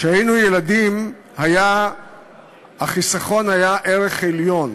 כשהיינו ילדים החיסכון היה ערך עליון.